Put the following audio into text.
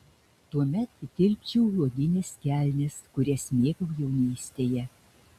tuomet įtilpčiau į odines kelnes kurias mėgau jaunystėje